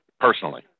Personally